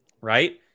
right